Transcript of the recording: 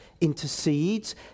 intercedes